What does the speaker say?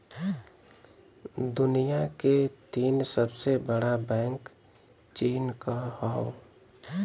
दुनिया के तीन सबसे बड़ा बैंक चीन क हौ